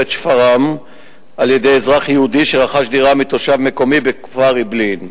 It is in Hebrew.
שפרעם על-ידי אזרח יהודי שרכש דירה מתושב מקומי בכפר אעבלין.